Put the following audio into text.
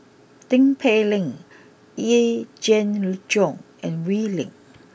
Tin Pei Ling Yee Jenn Jong and Wee Lin